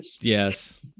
Yes